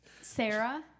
Sarah